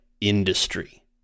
industry